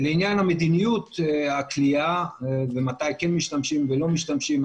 לעניין מדיניות הכליאה ומתי משתמשים או לא משתמשים.